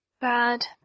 Bad